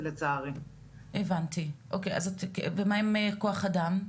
ומה עם כוח אדם?